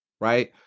right